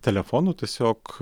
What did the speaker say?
telefonu tiesiog